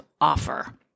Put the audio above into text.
offer